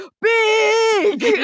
big